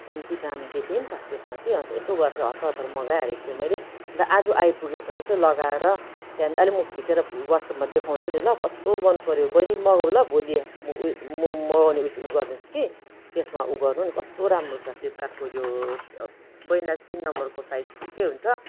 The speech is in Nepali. कम्ती दाम देखेँ नि त त्यसमा कि अन्त यसो गरेर चाहिँ हतार हतार मगाइहालेको थिएँ मैले र आज आइपुगेछ यसो लगाएर त्यहाँदेखि अहिले म खिचेर वाट्सएपमा देखाउँछु नि ल कस्तो मनपऱ्यो बहिनी पनि मगाउ ल भोलि म मगाउने उइस उ गरिदिन्छु कि त्यसमा उ गर्नु नि कस्तो राम्रो छ फ्लिपकार्टको यो बहिनीलाई चाहिँ तिन नम्बरको साइजको ठिकै हुन्छ